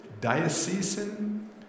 diocesan